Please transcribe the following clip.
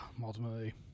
ultimately